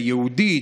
היהודית,